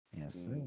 Yes